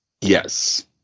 Yes